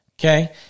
Okay